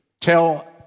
tell